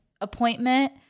appointment